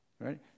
right